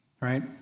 right